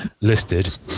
listed